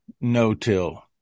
no-till